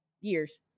years